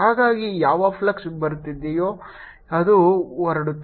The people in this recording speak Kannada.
ಹಾಗಾಗಿ ಯಾವ ಫ್ಲಕ್ಸ್ ಬರುತ್ತಿದೆಯೋ ಅದು ಹೊರಡುತ್ತಿದೆ